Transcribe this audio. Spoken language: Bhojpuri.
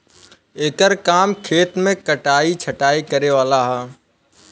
एकर काम खेत मे कटाइ छटाइ करे वाला ह